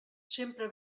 sempre